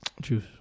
Juice